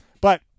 But-